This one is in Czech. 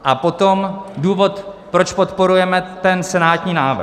A potom důvod, proč podporujeme ten senátní návrh.